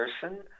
person